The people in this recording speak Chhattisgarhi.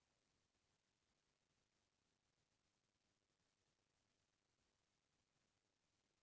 ब्लेक बंगाल नसल ह पस्चिम बंगाल, उड़ीसा अउ बिहार म मिलथे